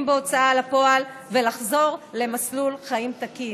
בהוצאה לפועל ולחזור למסלול חיים תקין.